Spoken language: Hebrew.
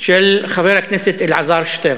של חבר הכנסת אלעזר שטרן.